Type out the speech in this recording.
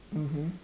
mmhmm